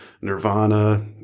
nirvana